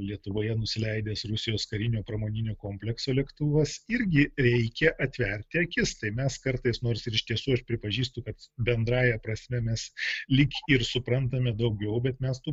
lietuvoje nusileidęs rusijos karinio pramoninio komplekso lėktuvas irgi reikia atverti akis tai mes kartais nors ir iš tiesų aš pripažįstu kad bendrąja prasme mes lyg ir suprantame daugiau bet mes tų